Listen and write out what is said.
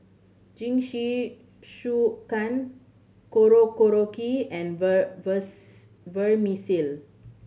Jingisukan Korokke and Vermicelli